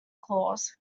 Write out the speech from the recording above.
claus